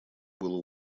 было